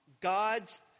God's